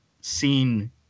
seen